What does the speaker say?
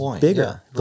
bigger